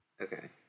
Okay